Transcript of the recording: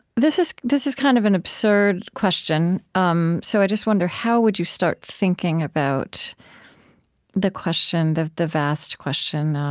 this is this is kind of an absurd question um so i just wonder, how would you start thinking about the question, the the vast question,